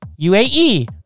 UAE